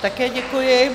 Také děkuji.